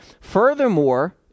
Furthermore